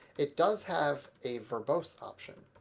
it does have a verbose option.